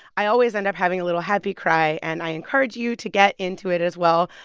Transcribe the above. i always end up having a little happy cry, and i encourage you to get into it as well.